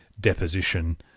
deposition